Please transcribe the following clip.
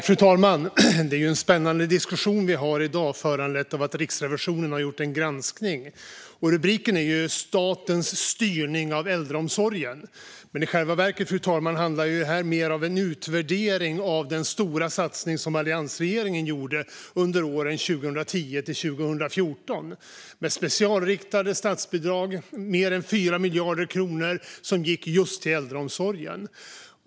Fru talman! Det är en spännande diskussion vi har i dag, föranledd av att Riksrevisionen har gjort en granskning. Rubriken talar om "statens styrning av äldreomsorgen", men i själva verket handlar det mer om en utvärdering av den stora satsning som alliansregeringen gjorde under åren 2010-2014 med mer än 4 miljarder kronor i specialriktade statsbidrag till just äldreomsorgen.